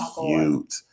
cute